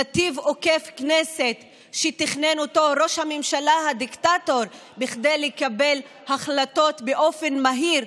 נתיב עוקף כנסת שתכנן ראש הממשלה הדיקטטור כדי לקבל החלטות באופן מהיר,